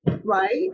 right